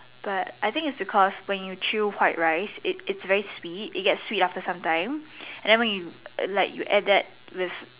but I think is because when you chew white rice it's very sweet it get sweet after sometime and when you like you add that with